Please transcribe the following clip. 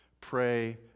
pray